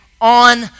on